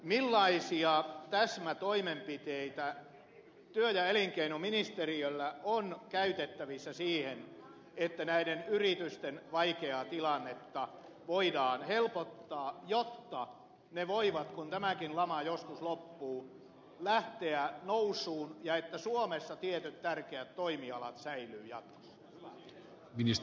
millaisia täsmätoimenpiteitä työ ja elinkeinoministeriöllä on käytettävissä siihen että näiden yritysten vaikeaa tilannetta voidaan helpottaa jotta ne voivat kun tämäkin lama joskus loppuu lähteä nousuun ja suomessa tietyt tärkeät toimialat säilyvät jatkossa